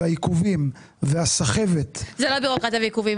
העיכובים והסחבת --- זה לא בירוקרטיה ועיכובים.